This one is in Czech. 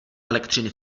elektřiny